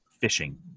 fishing